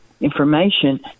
information